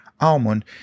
almond